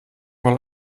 mal